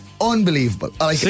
Unbelievable